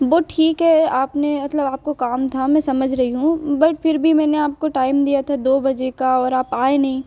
वो ठीक है आपने अतलब आपको काम था मैं समझ रही हूँ बट फिर भी मैंने आपको टाइम दिया था दो बजे का और आप आए नहीं